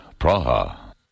Praha